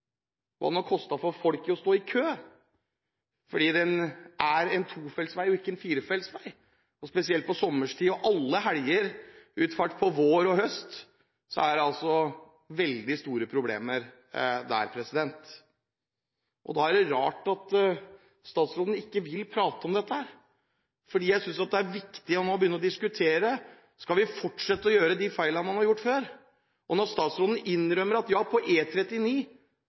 hva den har kostet for folk som har stått i kø, spesielt på sommerstid og i alle helgeutfarter vår og høst fordi den er en tofeltsvei og ikke en firefeltsvei, vet man at det er veldig store problemer der. Da er det rart at statsråden ikke vil prate om dette. Jeg synes det er viktig at man nå begynner å diskutere om vi skal fortsette å gjøre de feilene som vi har gjort før. Når statsråden innrømmer at